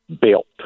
built